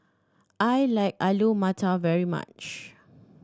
I like Alu Matar very much